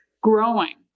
growing